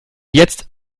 jetzt